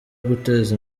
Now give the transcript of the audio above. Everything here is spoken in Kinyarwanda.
guteza